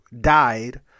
died